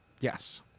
Yes